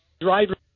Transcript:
driver